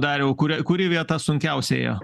dariau kuria kuri vieta sunkiausia ėjo